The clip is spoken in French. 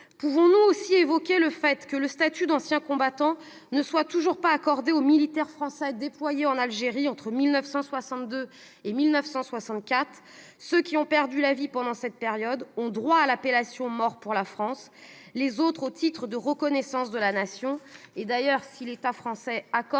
Pouvons-nous aussi évoquer le fait que le statut d'ancien combattant ne soit toujours pas accordé aux militaires français déployés en Algérie entre 1962 et 1964 ? Ceux qui ont perdu la vie pendant cette période ont droit à l'appellation « mort pour la France », les autres à un titre de reconnaissance de la Nation, et si l'État français accorde